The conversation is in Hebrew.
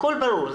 הכול ברור,